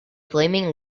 flaming